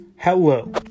Hello